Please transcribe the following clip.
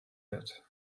wird